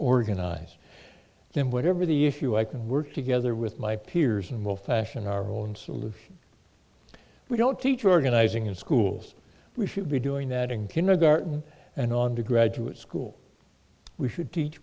organize then whatever the issue i can work together with my peers and we'll fashion our own solutions we don't teach organizing in schools we should be doing that in kindergarten and on to graduate school we should teach